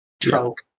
trunk